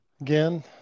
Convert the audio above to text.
Again